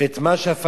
את מה שהפלסטינים,